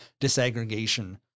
disaggregation